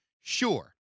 Sure